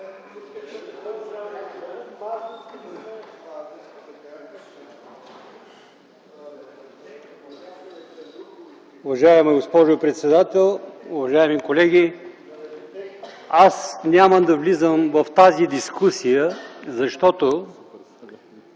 Уважаема госпожо председател, уважаеми колеги! Аз няма да влизам в тази дискусия, защото